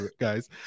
guys